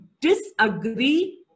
disagree